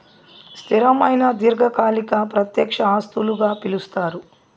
స్థిరమైన దీర్ఘకాలిక ప్రత్యక్ష ఆస్తులుగా పిలుస్తారు